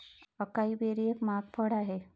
acai berry एक महाग फळ आहे